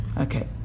Okay